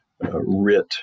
writ